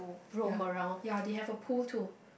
ya ya they have a poll to